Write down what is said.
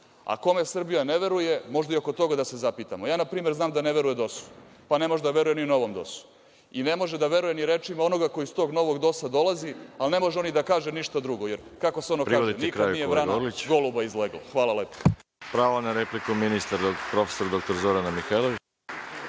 A kome Srbija ne veruje, možemo i oko toga da se zapitamo. Ja na primer znam da ne veruje dos-u, pa ne može da veruje ni novom dos-u i ne može da veruje ni rečima onoga ko iz tog novog dos-a dolazi, a ne može on ni da kaže ništa drugo, jer kako se ono kaže – nikad nije vrana goluba izlegla. Hvala vam.